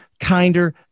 kinder